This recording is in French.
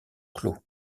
clos